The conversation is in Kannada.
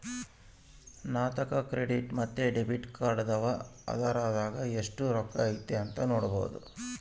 ನಂತಾಕ ಕ್ರೆಡಿಟ್ ಮತ್ತೆ ಡೆಬಿಟ್ ಕಾರ್ಡದವ, ಅದರಾಗ ಎಷ್ಟು ರೊಕ್ಕತೆ ಅಂತ ನೊಡಬೊದು